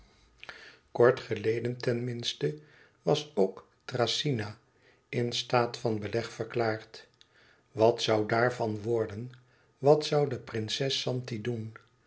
kort geleden ten minste was ook thracyna in staat van beleg verklaard wat zoû daarvan worden wat zoû de prinses zanti doen